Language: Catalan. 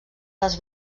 les